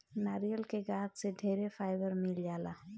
नारियल के गाछ से ढेरे फाइबर मिल जाला